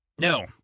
No